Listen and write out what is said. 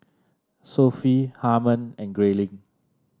Sophie Harman and Grayling